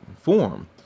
form